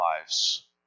lives